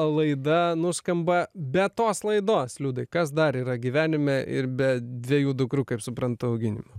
laida nuskamba be tos laidos liudai kas dar yra gyvenime ir be dviejų dukrų kaip suprantu auginimo